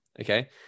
Okay